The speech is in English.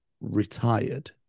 retired